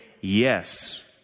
Yes